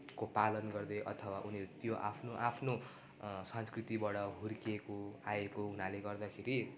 को पालन गर्दै अथवा उनीहरू त्यो आफ्नो आफ्नो संस्कृतिबाट हुर्किेएको आएको हुनाले गर्दाखेरि